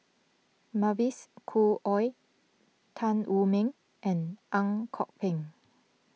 Mavis Khoo Oei Tan Wu Meng and Ang Kok Peng